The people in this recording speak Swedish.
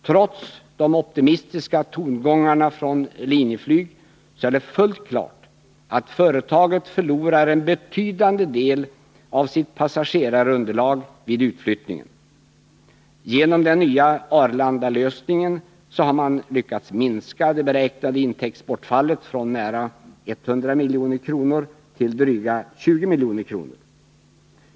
Trots de optimistiska tongångarna från Linjeflyg är det fullt klart att företaget förlorar en betydande del av sitt passagerarunderlag vid utflyttningen. Genom den nya Arlandalösningen har man lyckats minska det beräknade intäktsbortfallet från nära 100 milj.kr. per år till dryga 20 milj.kr.